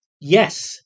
Yes